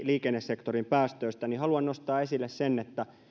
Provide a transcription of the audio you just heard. liikennesektorin päästöistä niin haluan nostaa esille sen että